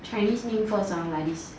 chinese name first ah like this